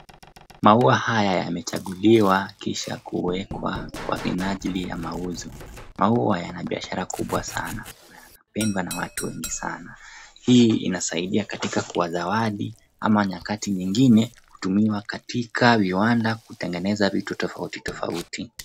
Maua haya yamechanguliwa kisha kuwekwa kwa minajili ya mauzo. Maua yana biashara kubwa sana, pendwa na watu wengi sana. Hii inasaidia katika kuwazawadi ama nyakati nyingine hutumiwa katika viwanda kutengeneza vitu tofautitofauti.